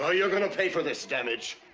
ah you're gonna pay for this damage.